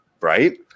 right